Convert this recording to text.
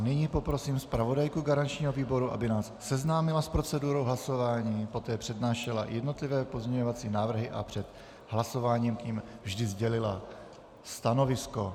Nyní poprosím zpravodajku garančního výboru, aby nás seznámila s procedurou hlasování, poté přednášela jednotlivé pozměňovací návrhy a před hlasováním k nim vždy sdělila stanovisko.